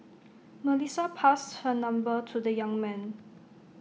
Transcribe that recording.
Melissa passed her number to the young man